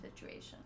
situation